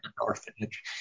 orphanage